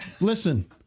Listen